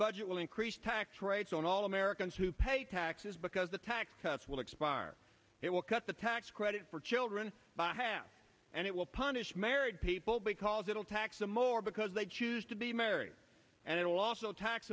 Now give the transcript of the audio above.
budget will increase tax rates on all americans who pay taxes because the tax cuts will expire it will cut the tax credit for children by half and it will punish married people because it'll tax them more because they choose to be married and it will also tax